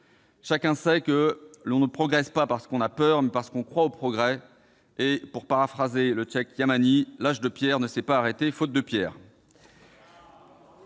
Chacun sait qu'on ne progresse pas parce qu'on a peur mais parce qu'on croit au progrès. Pour paraphraser le cheikh Yamani, « l'âge de pierre ne s'est pas arrêté faute de pierres